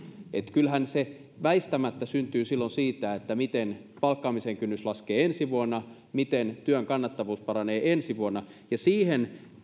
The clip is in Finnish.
kyllähän niitä väistämättä syntyy sen mukaan miten palkkaamisen kynnys laskee ensi vuonna miten työn kannattavuus paranee ensi vuonna